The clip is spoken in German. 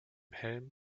helm